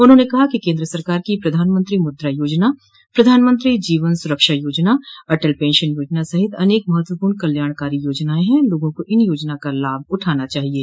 उन्होंने कहा कि केन्द्र सरकार की प्रधानमंत्री मुद्रा योजना प्रधानमंत्री जीवन सुरक्षा योजना अटल पेंशन योजना सहित अनेक महत्वपूर्ण कल्याणकारी योजनायें है लोगों को इन योजनाओं का लाभ उठाना चाहिये